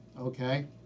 okay